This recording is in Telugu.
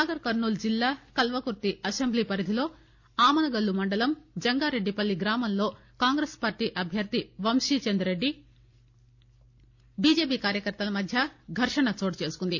నాగర్ కర్నూల్ జిల్లా కల్వకుర్తి అసెంబ్లీ పరిధిలో ఆమనగల్లు మండలం జంగారెడ్డి పల్లి గ్రామంలో కాంగ్రెస్ పార్టీ అభ్యర్థి వంశీచంద్ రెడ్డి బిజెపి కార్యకర్తల మధ్య ఘర్షణ చోటుచేసుకుంది